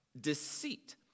deceit